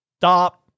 stop